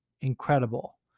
incredible